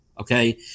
Okay